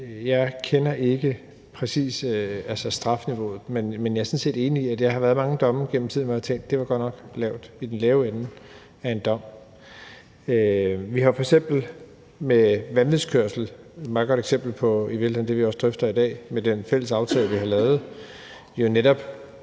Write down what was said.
Jeg kender altså ikke præcis strafniveauet, men jeg er sådan set enig i, at der har været mange domme igennem tiden, hvor jeg har tænkt, at det var godt nok i den lave ende af en dom. Vi har f.eks. med vanvidskørsel – i virkeligheden et meget godt eksempel på det, vi også drøfter i dag – med den fælles aftale, vi har lavet,